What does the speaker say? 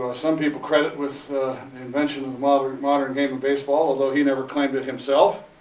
some people credit with the invention of the modern modern game of baseball. although he never claimed it himself.